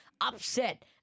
upset